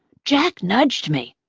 jack nudged me.